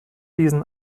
diesen